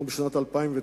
אנחנו בשנת 2009,